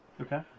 Okay